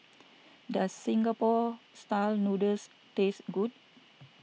does Singapore Style Noodles taste good